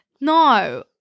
no